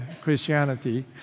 Christianity